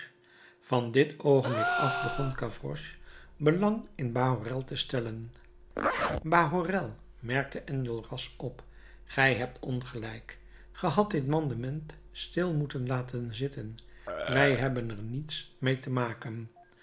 van dit oogenblik af begon gavroche belang in bahorel te stellen bahorel merkte enjolras op gij hebt ongelijk ge hadt dit mandement stil moeten laten zitten wij hebben er niets meê te maken